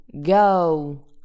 go